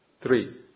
Three